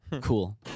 Cool